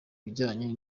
bijyanye